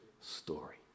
story